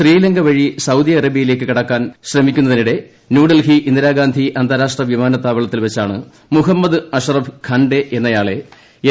ശ്രീലങ്ക വഴി സൌദി അറേബ്യയിലേക്ക് രക്ഷപ്പെടാൻ ശ്രമിക്കുന്നതിനിടെ ന്യൂഡൽഹി ഇന്ദിരാഗാന്ധി അന്താരാഷ്ട്ര വിമാനത്താവളത്തിൽ വച്ചാണ് മുഹമ്മദ് അഷറഫ് ഖൻഡേ എന്നയാളെ എൻ